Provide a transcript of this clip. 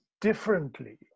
differently